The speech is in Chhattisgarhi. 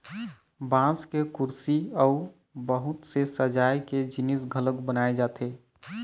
बांस के कुरसी अउ बहुत से सजाए के जिनिस घलोक बनाए जाथे